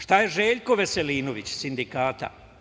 Šta je Željko Veselinović, iz Sindikata?